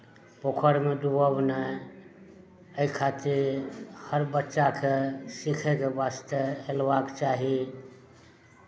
पोखरिमे डूबब नहि एहि खातिर हर बच्चाके सीखयके वास्ते हेलबाक चाही